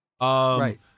right